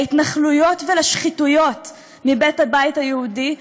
להתנחלויות ולשחיתויות מבית הבית היהודי,